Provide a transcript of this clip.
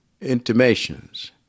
intimations